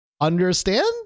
understand